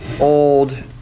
Old